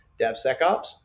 DevSecOps